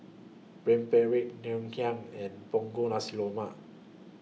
Rempeyek Ngoh Hiang and Punggol Nasi Lemak